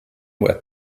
were